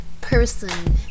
person